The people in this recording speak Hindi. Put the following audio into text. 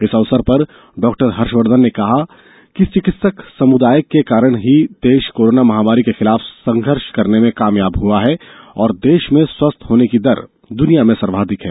इस अवसर पर डाक्टर हर्षवर्धन ने कहा है कि चिकित्सक समुदाय के कारण देश कोरोना महामारी के खिलाफ सफल संघर्ष करने में कामयाब हुआ है और देश में स्वस्थ होने की दर दुनिया में सर्वाधिक है